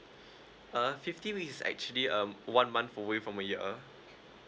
uh fifty weeks is actually um one month away from a year